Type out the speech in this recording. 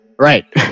Right